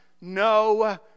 no